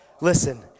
Listen